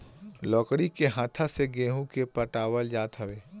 लकड़ी के हत्था से गेंहू के पटावल जात हवे